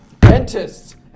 Dentists